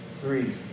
Three